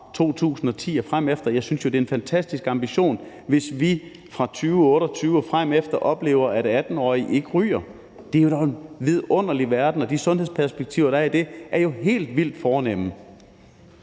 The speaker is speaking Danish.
2010 og fremefter. Jeg synes jo, det er en fantastisk ambition, hvis vi fra 2028 og fremefter oplever, at 18-årige ikke ryger. Det er dog en vidunderlig verden, og de sundhedsperspektiver, der er i det, er jo helt vildt fornemme.